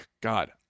God